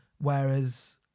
Whereas